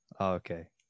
okay